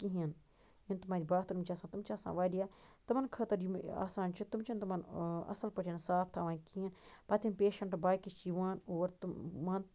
کِہیٖنٛۍ یِم تم اَتہِ باتھروٗم چھِ آسان تِم چھِ آسان وارِیاہ تِمن خٲطرٕ یِم آسان چھِ تِم چھِنہٕ تِمن آ اصٕل پٲٹھۍ صاف تھاوان کِہیٖنٛۍ پتہٕ یِم پیٚشنٹ یِم باقٕے چھِ یِوان اور تِم مان